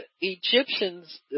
egyptians